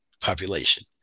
population